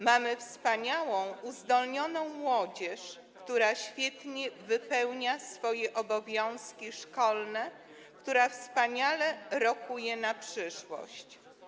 Mamy wspaniałą, uzdolnioną młodzież, która świetnie wypełnia swoje obowiązki szkolne, która wspaniale rokuje na przyszłość.